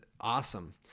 awesome